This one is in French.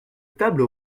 table